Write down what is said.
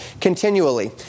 continually